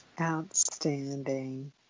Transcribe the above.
Outstanding